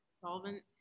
solvent